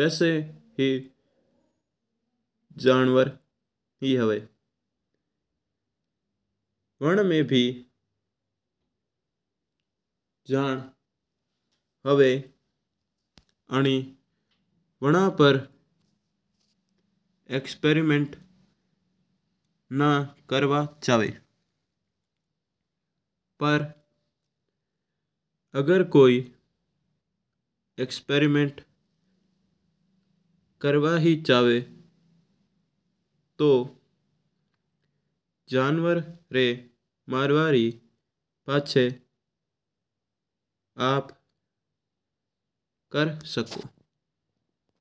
वैसा ही जनवर ही हुआ। वन में भी जन हुआ है आणी वन पर एक्सपरिमेंट ना करवा चाव। अगर कोई एक्सपरिमेंट करवा ही चाव तो जनवर री मरवा पाछे कर सको हू।